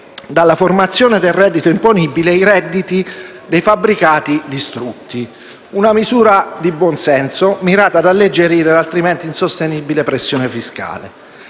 dalla formazione del reddito imponibile i redditi dei fabbricati distrutti: una misura di buon senso, mirata ad alleggerire l'altrimenti insostenibile pressione fiscale.